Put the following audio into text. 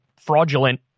fraudulent